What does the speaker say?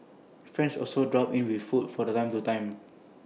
friends also drop in with food from time to time